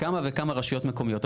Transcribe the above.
כמה וכמה רשויות מקומיות.